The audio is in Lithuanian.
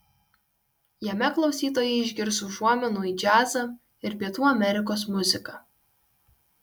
jame klausytojai išgirs užuominų į džiazą ir pietų amerikos muziką